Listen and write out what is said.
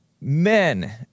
Men